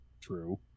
True